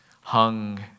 hung